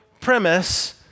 premise